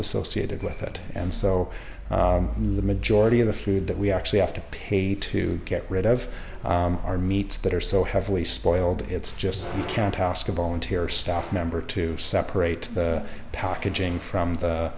associated with it and so the majority of the food that we actually have to pay to get rid of our meats that are so heavily spoiled it's just can't ask a volunteer staff member to separate the packaging from